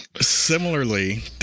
similarly